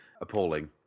Appalling